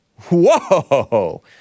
Whoa